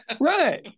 Right